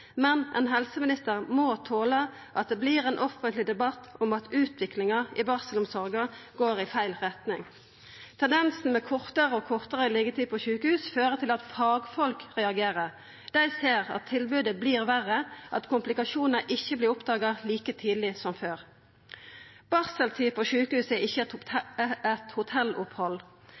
men ein helseminister må tola at det vert ein offentleg debatt om at utviklinga i barselomsorga går i feil retning. Tendensen med kortare og kortare liggjetid på sjukehus fører til at fagfolk reagerer. Dei ser at tilbodet vert verre, at komplikasjonar ikkje vert oppdaga like tidleg som før. Barseltida på sjukehuset er ikkje eit